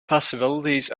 possibilities